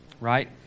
right